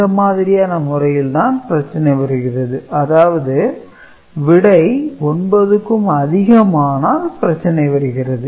இந்த மாதிரியான முறையில் தான் பிரச்சனை வருகிறது அதாவது விடை 9 க்கும் அதிகமானால் பிரச்சனை உருவாகிறது